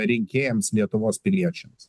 rinkėjams lietuvos piliečiams